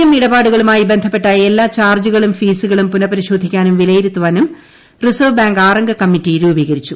M ഇടപാടുകളുമായി ബന്ധപ്പെട്ട എല്ലാ ചാർജ്ജുകളും ഫീസുകളും പുനഃപരിശോധിക്കാനും പിലയിരുത്താനും പുറിസർവ്വ് ബാങ്ക് ആറംഗ കമ്മിറ്റി രൂപീകരിച്ചു